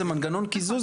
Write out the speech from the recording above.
זה מנגנון קיזוז,